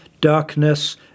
darkness